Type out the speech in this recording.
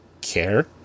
care